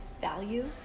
value